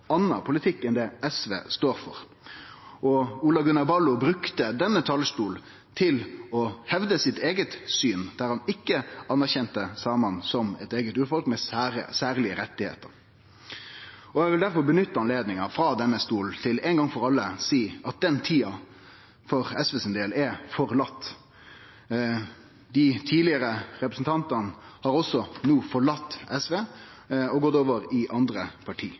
politikk enn det SV står for. Olav Gunnar Ballo brukte denne talarstolen til å hevde sitt eige syn, der han ikkje anerkjende samane som eit eige urfolk med særlege rettar. Eg vil difor nytte anledninga frå denne talarstolen til ein gong for alle å seie at den tida for SVs del er forlaten. Dei tidlegare representantane har no forlate SV og har gått over til eit anna parti.